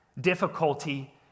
difficulty